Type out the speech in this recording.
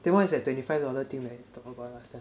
that one is at twenty five dollar thing meh talk about last time